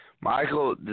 Michael